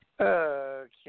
Okay